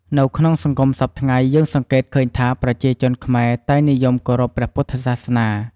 នៅក្នុងសង្គមសព្វថ្ងៃ យើងសង្កេតឃើញថាប្រជាជនខ្មែរតែងនិយមគោរពព្រះពុទ្ធសាសនា។